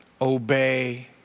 Obey